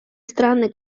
страны